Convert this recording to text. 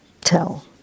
tell